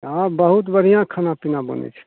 हँ बहुत बढ़िऑं खाना पीना बनै छै